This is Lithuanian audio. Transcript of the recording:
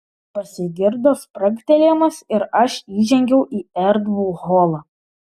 pasigirdo spragtelėjimas ir aš įžengiau į erdvų holą